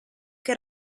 che